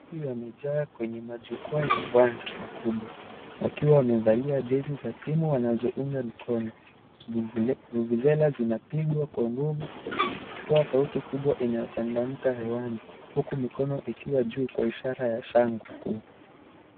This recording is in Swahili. Mashabiki wamejaa kwenye machukwaa ya uwanja makubwa wakiwa wamevalia jezi za timu wanazoziunga mkono bubusera zinapigwa kwa nguvu zikitoa sauti kubwa inayochangamka hewani huku mikono ikiwa juu ikionyesha ishara ya shangwe kuu.